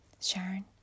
Sharon